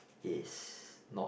is not